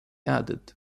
added